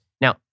Now